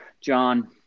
John